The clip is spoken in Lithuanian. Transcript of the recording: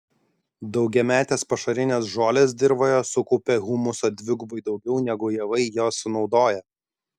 daugiametės pašarinės žolės dirvoje sukaupia humuso dvigubai daugiau negu javai jo sunaudoja